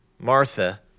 Martha